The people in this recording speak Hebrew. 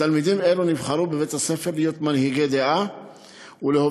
תלמידים אלה נבחרו בבתי-ספר להיות מנהיגי דעה ולהוביל